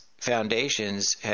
foundations